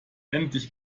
endlich